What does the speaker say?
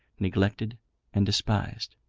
neglected and despised.